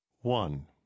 One